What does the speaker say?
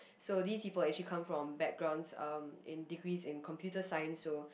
so these people actually come from backgrounds um in degrees in computer science so